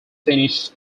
finished